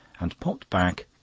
and popped back,